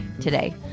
today